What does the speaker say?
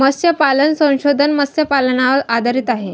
मत्स्यपालन संशोधन मत्स्यपालनावर आधारित आहे